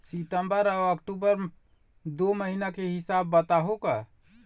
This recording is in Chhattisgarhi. सितंबर अऊ अक्टूबर दू महीना के हिसाब बताहुं का?